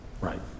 Right